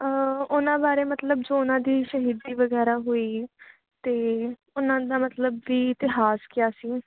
ਉਹਨਾਂ ਬਾਰੇ ਮਤਲਬ ਜੋ ਉਹਨਾਂ ਦੀ ਸ਼ਹੀਦੀ ਵਗੈਰਾ ਹੋਈ ਅਤੇ ਉਹਨਾਂ ਦਾ ਮਤਲਬ ਵੀ ਇਤਿਹਾਸ ਕਿਆ ਸੀ